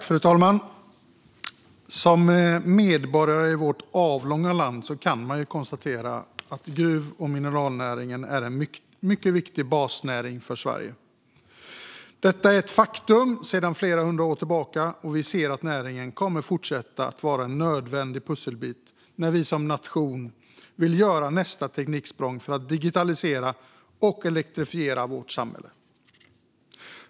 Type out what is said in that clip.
Fru talman! Som medborgare i vårt avlånga land kan man konstatera att gruv och mineralnäringen är en mycket viktig basnäring för Sverige. Detta är ett faktum sedan flera hundra år tillbaka. Och vi ser att näringen kommer att fortsätta vara en nödvändig pusselbit när vi som nation vill göra nästa tekniksprång för att digitalisera och elektrifiera vårt samhälle.